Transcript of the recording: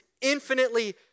infinitely